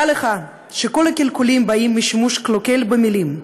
"דע לך שכל הקלקולים באים משימוש קלוקל במילים.